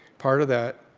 part of that,